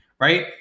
Right